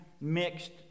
mixed